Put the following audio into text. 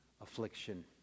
affliction